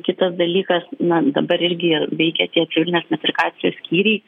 kitas dalykas na dabar irgi veikia tie civilinės metrikacijos skyriai